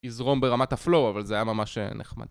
יזרום ברמת הפלואו אבל זה היה ממש נחמד